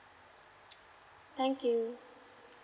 thank you